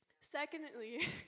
Secondly